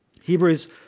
Hebrews